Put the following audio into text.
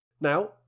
Now